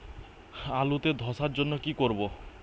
আলুতে ধসার জন্য কি করব?